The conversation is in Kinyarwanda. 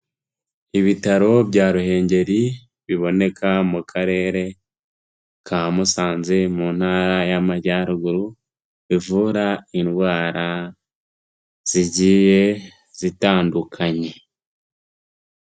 Ibitaro bya Ruhengeri, biboneka mu karere ka Musanze mu ntara y'Amajyaruguru, bivura indwara zigiye zitandukanye.